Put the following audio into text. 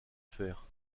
faire